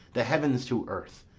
the heavens to earth,